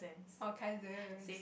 oh Kaiser